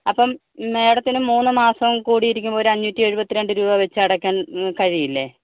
അപ്പം മാഡത്തിന് മൂന്ന് മാസം കൂടിയിരിക്കുമ്പോൾ ഒരഞ്ഞൂട്ടെഴുപത്തിരണ്ട് രൂപ വെച്ച് അടക്കാൻ കഴിയില്ലേ